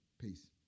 peace